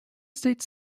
states